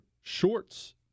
shorts